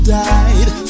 died